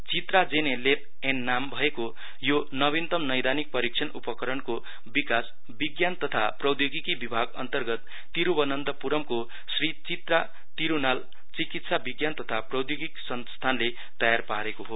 Chitra gene lamp N नाम भएको यो नविन्तम नैदानिक परीक्षण उपकरणको विकास विज्ञान तथा प्रौद्योगिकि विभाग अन्तर्गत तिरूभनन्तपूरम को श्री चित्रा तिरूनाल चिकित्सा विज्ञान तथा प्रौद्योगिक संस्थानले तयार पारेको हो